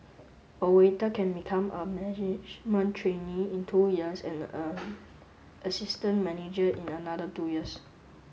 a waiter can become a management trainee in two years and an assistant manager in another two years